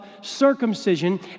circumcision